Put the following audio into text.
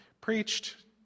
preached